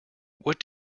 what